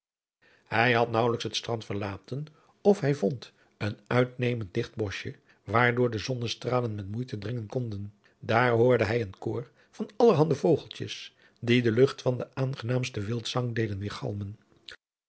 hij had naauwelijks het strand verlaten of hij vond een uitnemend digt boschje waardoor de zonnestralen met moeite dringen konden daar hoorde hij een koor van allerhande vogeltjes die de lucht van den aangenaamsten wildzang deden